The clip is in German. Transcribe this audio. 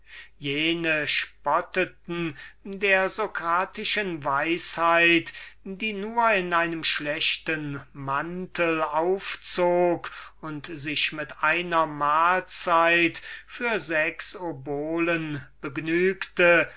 jene spotteten der socratischen weisheit die nur in einem schlechten mantel aufzog und sich mit einer mahlzeit für sechs pfenninge begnügte